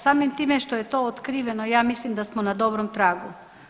Dakle, samim time što je to otkriveno ja mislim da smo na dobrom tragu.